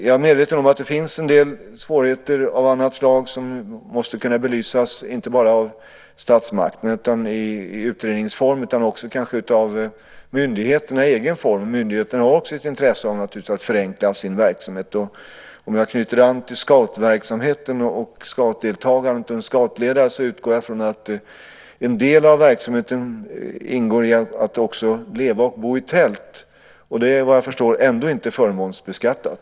Jag är medveten om att det finns en del svårigheter av annat slag som måste kunna belysas inte bara av statsmakterna i utredningsform utan också av myndigheterna i egen form. Myndigheterna har naturligtvis också ett intresse av att förenkla sin verksamhet. Om jag knyter an till scoutverksamheten, scoutdeltagandet och detta med scoutledarna utgår jag från att en del av verksamheten också innebär att leva och bo i tält. Det är, vad jag förstår, ännu inte förmånsbeskattat.